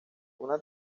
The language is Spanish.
una